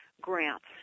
grants